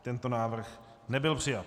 Tento návrh nebyl přijat.